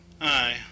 Aye